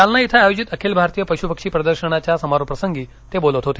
जालना इथं आयोजित अखिल भारतीय पश्पक्षी प्रदर्शनाच्या समारोप प्रसंगी ते बोलत होते